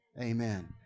Amen